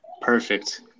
Perfect